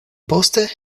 poste